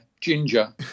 ginger